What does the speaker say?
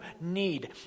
need